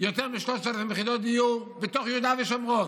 יותר מ-3,000 יחידות דיור ביהודה ושומרון?